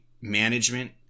management